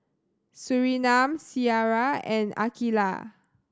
Surinam Syirah and Aqilah